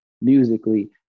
musically